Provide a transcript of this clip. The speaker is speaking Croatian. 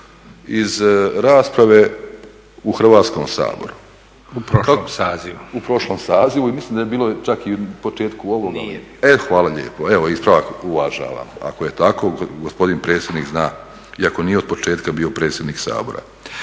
iz rasprave u Hrvatskom saboru u prošlom sazivu i mislim da je bilo čak i u početku ovoga… … /Upadica se ne razumije./ … E hvala lijepo, evo ispravak uvažavam. Ako je tako, gospodin predsjednik zna iako nije od početka bio predsjednik Sabora